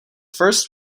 first